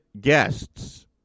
guests